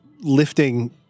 lifting